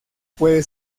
puede